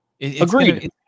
Agreed